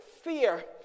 fear